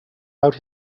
out